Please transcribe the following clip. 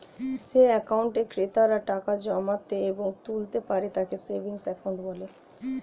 যে অ্যাকাউন্টে ক্রেতারা টাকা জমাতে এবং তুলতে পারে তাকে সেভিংস অ্যাকাউন্ট বলে